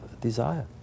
desire